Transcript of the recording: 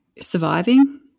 surviving